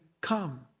come